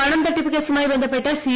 പണം തട്ടിപ്പ് കേസുമായി ബന്ധപ്പെട്ട് സി